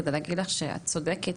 כדי להגיד לך שאת צודקת,